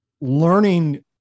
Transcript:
learning